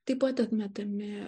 taip pat atmetami